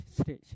stage